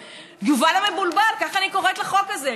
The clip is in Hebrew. "יובל המבולבל" כך אני קוראת לחוק הזה,